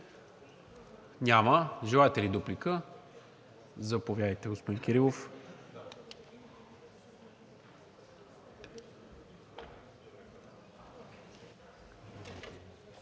Няма. Желаете ли дуплика? Заповядайте, господин Кирилов.